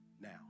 now